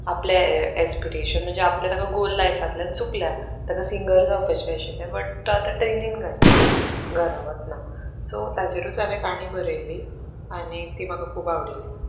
आपल्या एस्पिरेशन म्हणजे आपल्या ताका गोल लायफांतल्यान चुकल्या ताका सिंगर जावपाचें आशिल्ले बट तो आतां ट्रेनीन गायतालो घरा वतना सो ताचेरूच हांवें काणी बरयली आनी ती म्हाका खूब आवडिल्ली